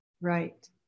Right